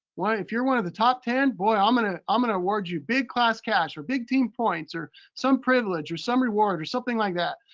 if you're one of the top ten, boy, i'm gonna um gonna reward you big class cash or big team points, or some privilege or some reward or something like that.